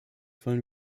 wollen